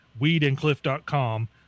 weedandcliff.com